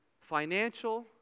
financial